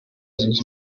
zunze